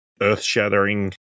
earth-shattering